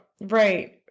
Right